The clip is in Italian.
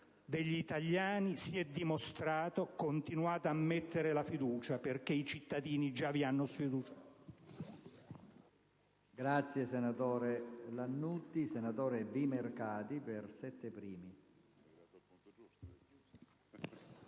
degli italiani, lo si è dimostrato. Continuate a mettere la fiducia, perché i cittadini vi hanno già sfiduciato.